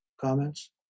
Comments